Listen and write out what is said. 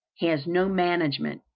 he has no management,